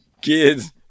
kids